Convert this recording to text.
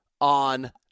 on